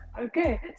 Okay